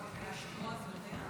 יוסף עטאונה (חד"ש-תע"ל):